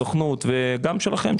סוכנות וגם שלכם,